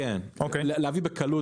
כן, להביא בקלות.